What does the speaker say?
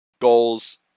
goals